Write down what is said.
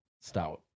stout